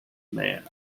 man